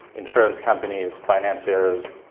insurance companies, financiers,